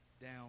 down